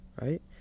right